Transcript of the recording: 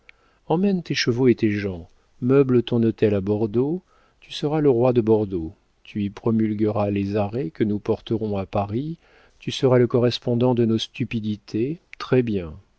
emmène tes chevaux et tes gens meuble ton hôtel à bordeaux tu seras le roi de bordeaux tu y promulgueras les arrêts que nous porterons à paris tu seras le correspondant de nos stupidités très-bien